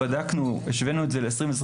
בדקנו והשווינו אותן ל-2022.